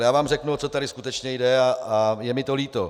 Já vám řeknu, o co tady skutečně jde, a je mi to líto.